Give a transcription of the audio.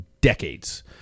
decades